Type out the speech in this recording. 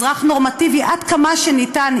אזרח נורמטיבי עד כמה שאפשר,